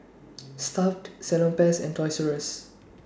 Stuff'd Salonpas and Toys U S